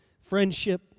friendship